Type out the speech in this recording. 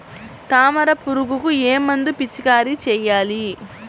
తామర పురుగుకు ఏ మందు పిచికారీ చేయాలి?